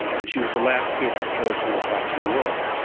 and she was the last case of killer smallpox in the world.